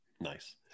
nice